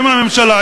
אם הממשלה,